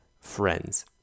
friends